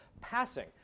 passing